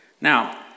Now